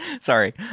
Sorry